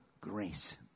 grace